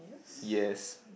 yes